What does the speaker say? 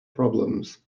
problems